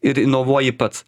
ir inovuoji pats